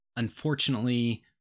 Unfortunately